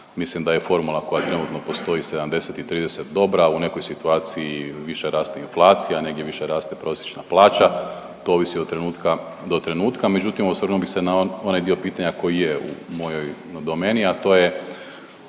Mislim da je formula koja trenutno postoji 70 i 30 dobra, u nekoj situaciji više raste inflacija, negdje više raste prosječna plaća. To ovisi od trenutka do trenutka. Međutim, osvrnuo bih se na onaj dio pitanja koji je u mojoj domeni, a to je